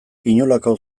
inolako